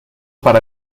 para